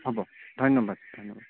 হ'ব ধন্যবাদ